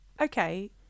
okay